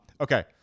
okay